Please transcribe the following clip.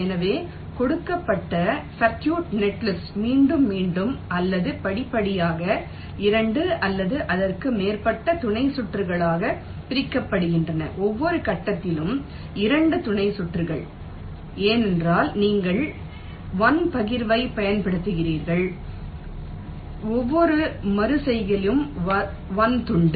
எனவே கொடுக்கப்பட்ட circuit netlist மீண்டும் மீண்டும் அல்லது படிப்படியாக இரண்டு அல்லது அதற்கு மேற்பட்ட துணை சுற்றுகளாக பிரிக்கப்படுகிறது ஒவ்வொரு கட்டத்திலும் இரண்டு துணை சுற்றுகள் ஏனென்றால் நீங்கள் 1 பகிர்வைப் பயன்படுத்துகிறீர்கள் ஒவ்வொரு மறு செய்கையிலும் 1 துண்டு